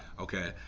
Okay